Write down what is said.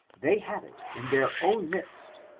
they have it in their own midst,